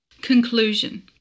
Conclusion